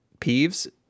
peeves